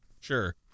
Sure